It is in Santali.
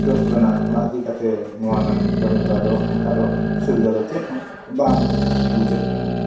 ᱪᱷᱩᱴᱟᱹᱜ ᱠᱟᱱᱟ ᱚᱱᱟ ᱤᱫᱤ ᱠᱟᱛᱮᱫ ᱱᱚᱣᱟ ᱨᱮᱱᱟᱜ ᱠᱟᱹᱢᱤᱦᱚᱨᱟ ᱫᱚ ᱚᱱᱠᱟ ᱫᱚ ᱥᱩᱵᱤᱫᱷᱟ ᱫᱚ ᱪᱮᱫᱦᱚᱸ ᱵᱟᱝ ᱵᱩᱡᱷᱟᱹᱜ ᱠᱟᱱᱟ